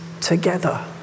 together